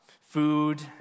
Food